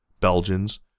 Belgians